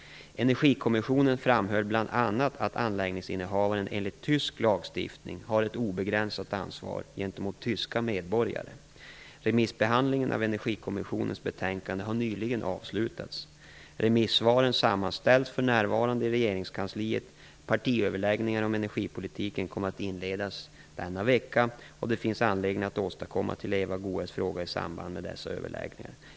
Energikommissionen framhöll bl.a. att anläggningsinnehavaren enligt tysk lagstiftning har ett obegränsat ansvar gentemot tyska medborgare. Remissbehandlingen av Energikommissionens betänkande har nyligen avslutats. Remissvaren sammanställs för närvarande i regeringskansliet. Partiöverläggningar om energipolitiken kommer att inledas denna vecka, och det finns anledning att återkomma till Eva Goës fråga i samband med dessa överläggningar.